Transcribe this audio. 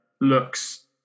looks